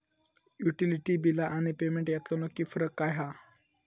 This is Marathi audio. युटिलिटी बिला आणि पेमेंट यातलो नक्की फरक काय हा?